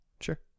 Sure